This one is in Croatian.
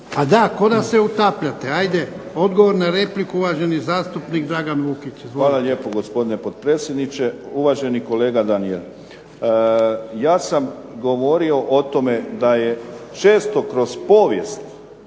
A da, kao da se utapljate. Ajde odgovor na repliku, uvaženi zastupnik Dragan Vukić. Izvolite. **Vukić, Dragan (HDZ)** Hvala lijepo gospodine potpredsjedniče. Uvaženi kolega Daniel, ja sam govorio o tome da je često kroz povijest